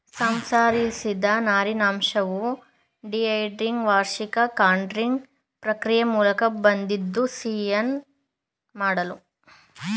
ಸಂಸ್ಕರಿಸಿದ ನಾರಿನಂಶವು dehairing washing carding ಪ್ರಕ್ರಿಯೆ ಮೂಲಕ ಬಂದಿದ್ದು ಸ್ಪಿನ್ ಮಾಡಲು ಸಿದ್ಧವಾಗಿದೆ